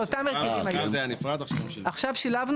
זה היה בנפרד, ועכשיו שילבו את זה.